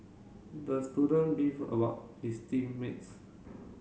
the student beefed about his team mates